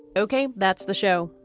ok. that's the show.